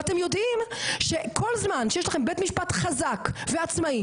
ואתם יודעים שכל זמן שיש לכם בית משפט חזק ועצמאי,